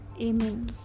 Amen